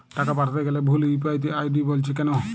টাকা পাঠাতে গেলে ভুল ইউ.পি.আই আই.ডি বলছে কেনো?